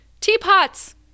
teapots